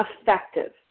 effective